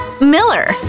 Miller